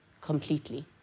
Completely